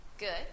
Good